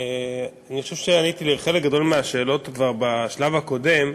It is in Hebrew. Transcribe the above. אני חושב שעניתי על חלק גדול מהשאלות כבר בשלב הקודם,